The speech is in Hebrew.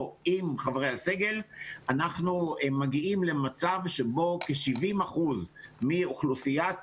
עם חברי הסגל אנחנו מגיעים למצב שבו כ-70% מאוכלוסיית